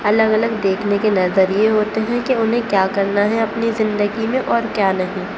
الگ الگ دیکھنے کے نظریے ہوتے ہیں کہ انہیں کیا کرنا ہے اپنی زندگی میں اور کیا نہیں